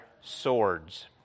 swords